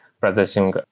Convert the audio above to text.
processing